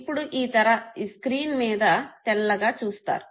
ఇప్పుడు ఈ తెర మీద తెల్లగా చూస్తారు